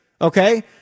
okay